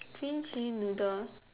green chili noodles